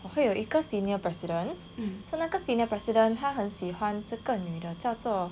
我会有一个 senior president so 那个 senior president 他很喜欢这个女的叫做